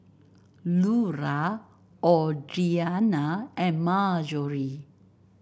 Lura Audriana and Marjorie